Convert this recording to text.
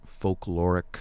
folkloric